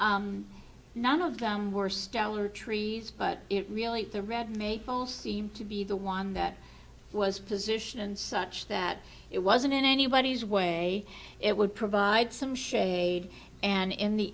none of them were stellar trees but it really the red maple seemed to be the one that was position and such that it wasn't in anybody's way it would provide some shade and in the